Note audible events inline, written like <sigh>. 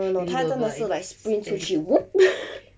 他真的是 like spring 出去 whoop <laughs>